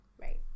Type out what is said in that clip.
Right